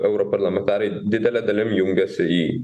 europarlamentarai didele dalim jungiasi į